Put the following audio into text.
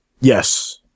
Yes